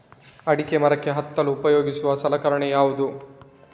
ಅಡಿಕೆ ಮರಕ್ಕೆ ಹತ್ತಲು ಉಪಯೋಗಿಸುವ ಸಲಕರಣೆ ಯಾವುದು?